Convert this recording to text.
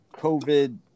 COVID